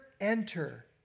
enter